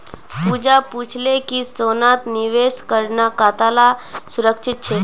पूजा पूछले कि सोनात निवेश करना कताला सुरक्षित छे